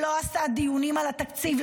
שלא עשה דיונים על התקציב,